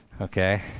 okay